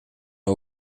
aan